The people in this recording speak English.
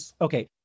Okay